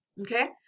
okay